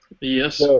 Yes